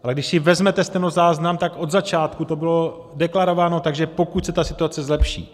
Ale když si vezmete stenozáznam, od začátku to bylo deklarováno tak, že pokud se situace zlepší.